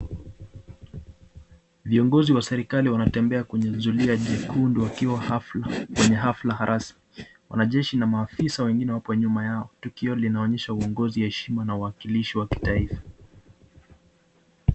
Viongozi wa serikali wanatembea kwenye zulia jekundu wakiwa hafla kwenye hafla harasmi. Wanajeshi na maafisa wengine wapo nyuma yao. Tukio linaonyesha uongozi, heshima na uwakilishi wa kitaifa.